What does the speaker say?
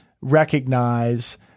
recognize